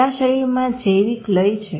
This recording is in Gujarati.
આપણા શરીરમાં જૈવિક લય છે